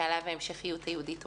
שעליו ההמשכיות היהודית עומדת.